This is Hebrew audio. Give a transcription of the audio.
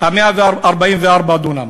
144 דונם,